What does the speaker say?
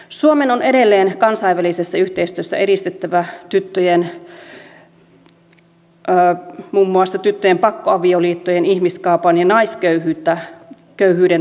suomen on edelleen kansainvälisessä yhteistyössä edistettävä muun muassa tyttöjen pakkoavioliittojen ihmiskaupan ja naisköyhyyden vastaista työtä